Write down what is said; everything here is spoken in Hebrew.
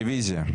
רביזיה.